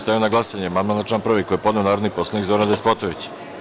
Stavljam na glasanje amandman na član 1. koji je podneo narodni poslanik Zoran Despotović.